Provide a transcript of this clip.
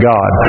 God